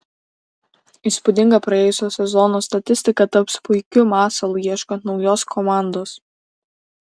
įspūdinga praėjusio sezono statistika taps puikiu masalu ieškant naujos komandos